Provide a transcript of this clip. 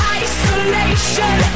isolation